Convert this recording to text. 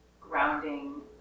grounding